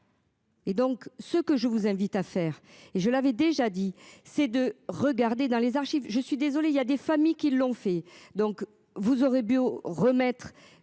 Et donc ce que je vous invite à faire et je l'avais déjà dit c'est de regarder dans les archives. Je suis désolé, il y a des familles qui l'ont fait, donc vous aurez bio remettre